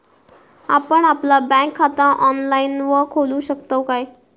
आपण आपला बँक खाता ऑनलाइनव खोलू शकतव काय?